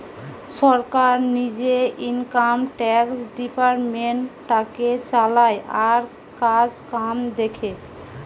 সরকার নিজে income tax ডিপার্টমেন্টটাকে চালায় আর কাজকাম দেখে